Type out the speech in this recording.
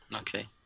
Okay